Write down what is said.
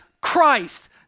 Christ